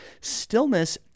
stillness